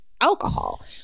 Alcohol